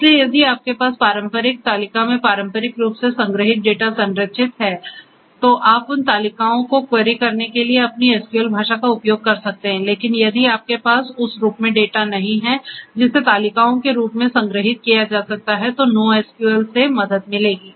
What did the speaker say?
इसलिए यदि आपके पास पारंपरिक तालिका में पारंपरिक रूप से संग्रहीत डेटा संरचित है तो आप उन तालिकाओं को क्वेरी करने के लिए अपनी SQL भाषा का उपयोग कर सकते हैं लेकिन यदि आपके पास उस रूप में डेटा नहीं है जिसे तालिकाओं के रूप में संग्रहीत किया जा सकता है तो NoSQL से मदद मिलेगी